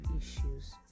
issues